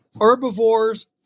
herbivores